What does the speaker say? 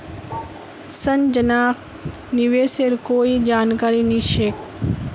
संजनाक निवेशेर कोई जानकारी नी छेक